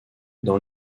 dans